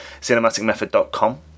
cinematicmethod.com